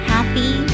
Happy